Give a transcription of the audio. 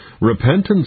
Repentance